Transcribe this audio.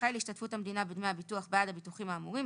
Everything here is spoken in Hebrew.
זכאי להשתתפות המדינה בדמי הביטוח בעד הביטוחים האמורים,